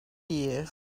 tears